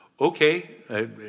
okay